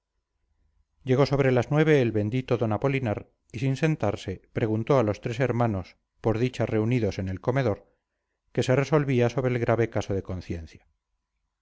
llegó sobre las nueve el bendito don apolinar y sin sentarse preguntó a los tres hermanos por dicha reunidos en el comedor que se resolvía sobre el grave caso de conciencia